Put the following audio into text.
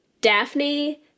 Daphne